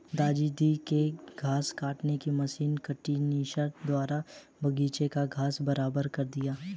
दादाजी ने घास काटने की मशीन कंडीशनर द्वारा बगीची का घास बराबर कर दिया